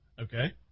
Okay